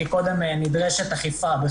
כי קודם נדרשת אכיפה,